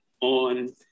on